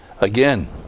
again